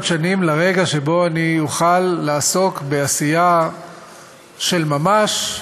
שנים לרגע שבו אני אוכל לעסוק בעשייה של ממש.